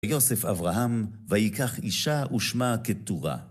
ויוסף אברהם, ויקח אישה ושמה קטורה.